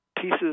pieces